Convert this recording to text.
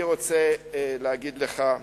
אני רוצה להגיד לך,